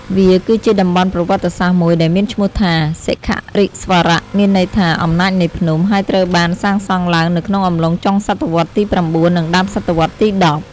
វាគឺជាតំបន់ប្រវត្តិសាស្ត្រមួយដែលមានឈ្មោះថា សិខៈរិស្វរៈ មានន័យថា អំណាចនៃភ្នំ ហើយត្រូវបានសាងសង់ឡើងនៅក្នុងអំឡុងចុងសតវត្សទី៩ និងដើមសតវត្សទី១០